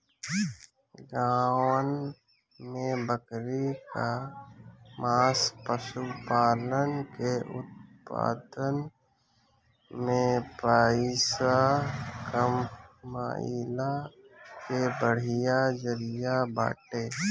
गांवन में बकरी कअ मांस पशुपालन के उत्पादन में पइसा कमइला के बढ़िया जरिया बाटे